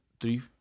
Three